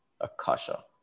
Akasha